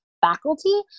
faculty